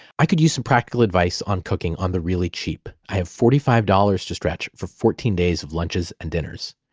i could use some practical advice on cooking on the really cheap. i have forty five dollars to stretch for fourteen days of lunches and dinners.